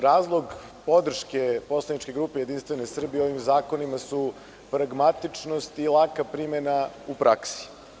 Razlog podrške poslaničke grupe JS ovim zakonima su pragmatičnost i laka primena u praksi.